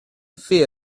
fear